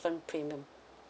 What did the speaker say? different premium